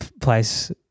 place